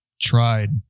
tried